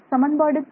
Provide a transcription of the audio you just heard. சமன்பாடு 3